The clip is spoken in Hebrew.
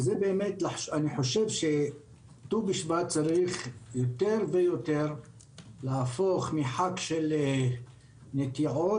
אני חושב שט"ו בשבט צריך להפוך יותר ויותר מחג של נטיעות,